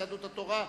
יהדות התורה,